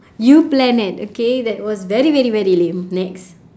you planet okay that was very very very lame next